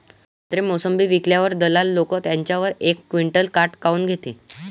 संत्रे, मोसंबी विकल्यावर दलाल लोकं त्याच्यावर एक क्विंटल काट काऊन घेते?